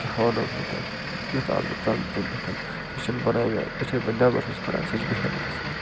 کیٛاہ وَنو بہٕ تۄہہِ یُتھ آس بہٕ تنٛگ تَمہِ پٮ۪ٹھ سۄ چھِنہٕ بنان مےٚ یُتھٕے بہٕ نٮ۪بَر چھُس کڑان سۄ چھِ بِہِتھ گژھان